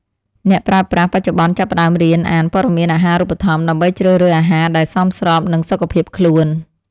អ្នកប្រើប្រាស់បច្ចុប្បន្នចាប់ផ្តើមរៀនអានព័ត៌មានអាហារូបត្ថម្ភ ដើម្បីជ្រើសរើសអាហារដែលសមស្របនឹងសុខភាពខ្លួន។